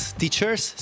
teachers